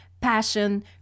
passion